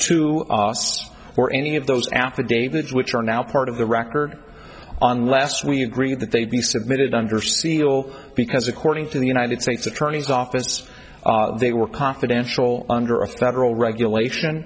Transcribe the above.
to or any of those athletes which are now part of the record unless we agreed that they'd be submitted under seal because according to the united states attorney's office they were confidential under a federal regulation